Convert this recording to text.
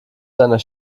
seiner